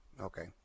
Okay